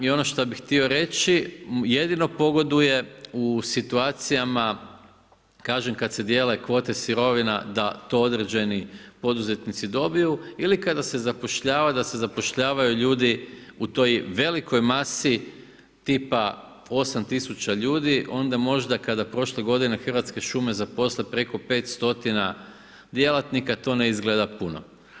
I ono što bih htio reći jedino pogoduje u situacijama kažem kada se dijele kvote sirovina da to određeni poduzetnici dobiju ili kada se zapošljava da se zapošljavaju ljudi u toj velikoj masi tipa 8 tisuća ljudi, onda možda kada prošle godine Hrvatske šume zaposle preko 5 stotina djelatnika to ne izgleda puno.